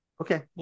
okay